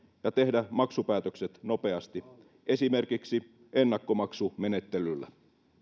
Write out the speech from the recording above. ja tehdä maksupäätökset nopeasti esimerkiksi ennakkomaksumenettelyllä